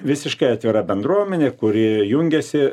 visiškai atvira bendruomenė kuri jungiasi